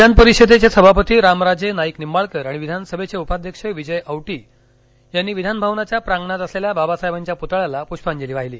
विधानपरिषदेचे सभापती रामराजे नाईक निंबाळकर आणि विधानसभेचे उपाध्यक्ष विजय औटी यांनी विधान भवनाच्या प्रांगणात असलेल्या बाबासाहेबांच्या प्तळ्याला प्ष्पांजली वाहिली